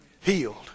healed